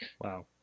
Wow